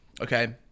Okay